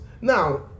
Now